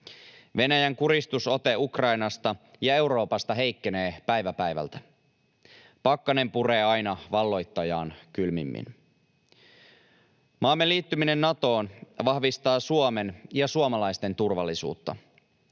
Venäjän kuristusote Ukrainasta ja Euroopasta heikkenee päivä päivältä. Pakkanen puree aina valloittajaan kylmimmin. Maamme liittyminen Natoon vahvistaa Suomen ja suomalaisten turvallisuutta.